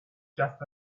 just